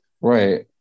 right